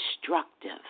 destructive